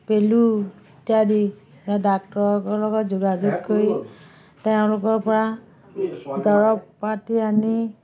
পেলু ইত্যাদি ডাক্তৰৰ লগত যোগাযোগ কৰি তেওঁলোকৰ পৰা দৰৱ পাতি আনি